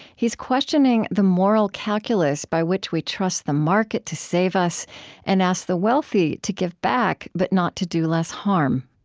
he's questioning the moral calculus by which we trust the market to save us and ask the wealthy to give back but not to do less harm